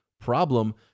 problem